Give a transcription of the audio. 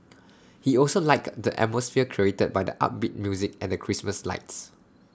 he also liked the atmosphere created by the upbeat music and the Christmas lights